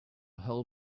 whole